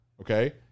okay